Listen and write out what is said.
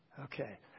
Okay